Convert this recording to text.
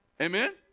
Amen